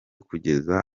kugeza